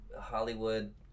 Hollywood